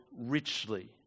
richly